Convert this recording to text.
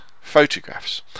photographs